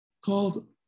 called